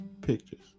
pictures